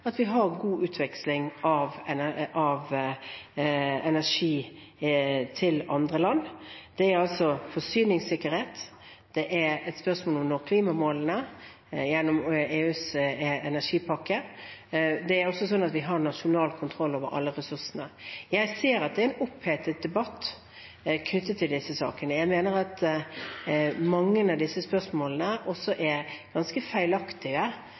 at vi har god utveksling av energi til andre land. Det er forsyningssikkerhet. Det er et spørsmål om å nå klimamålene gjennom EUs energipakke. Det er også slik at vi har nasjonal kontroll over alle ressursene. Jeg ser at det er en opphetet debatt om disse sakene. Jeg mener at mange av disse spørsmålene også er ganske feilaktige,